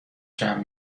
جمع